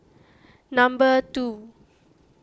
number two